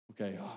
Okay